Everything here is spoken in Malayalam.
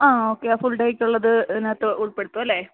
ആ ഓക്കെ ഫുൾ ഡെയ്സ് ഉള്ളത് ഇതിനകത്ത് ഉൾപ്പെടുത്തും അല്ലെ